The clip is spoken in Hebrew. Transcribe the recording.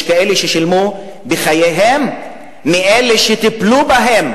יש כאלה ששילמו בחייהם, מאלה שטיפלו בהם.